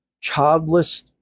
childless